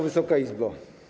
Wysoka Izbo!